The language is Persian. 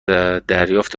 دریافت